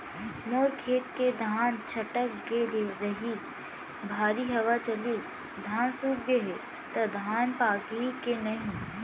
मोर खेत के धान छटक गे रहीस, भारी हवा चलिस, धान सूत गे हे, त धान पाकही के नहीं?